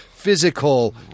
physical